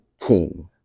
king